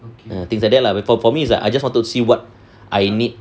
ya things like that lah but for me is like I just wanted to see what I need